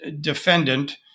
defendant